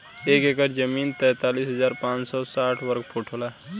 एक एकड़ जमीन तैंतालीस हजार पांच सौ साठ वर्ग फुट होला